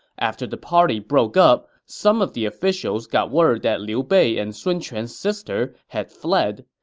after the party broke up, some of the officials got word that liu bei and sun quan's sister had fled.